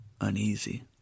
uneasy